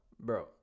Bro